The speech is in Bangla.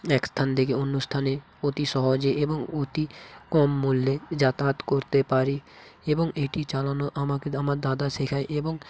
এক স্থান থেকে অন্য স্থানে অতি সহজে এবং অতি কম মূল্যে যাতায়াত করতে পারি এবং এটি চালানো আমাকে আমার দাদা শেখায় এবং